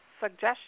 suggestion